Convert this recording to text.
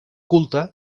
culte